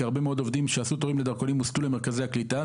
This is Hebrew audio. כי הרבה מאוד עובדים שעשו תורים לדרכונים הוסטו למרכזי הקליטה.